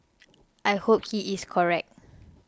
I hope he is correct